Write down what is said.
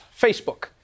Facebook